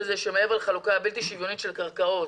זה היא שמעבר לחלוקה הבלתי שוויונית של קרקעות,